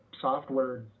software